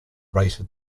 rated